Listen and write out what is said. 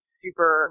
super